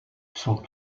sont